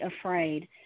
afraid